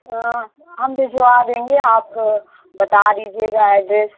हम भिजवा देंगे आप बता दीजिएगा एड्रेस